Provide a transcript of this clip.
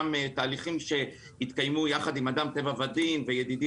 גם תהליכים שהתקיימו יחד עם אדם טבע ודין וידידי